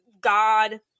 God-